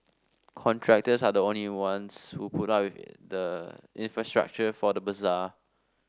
contractors are the ones who put up the infrastructure for the bazaar